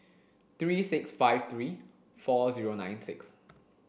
three six five three four zero nine six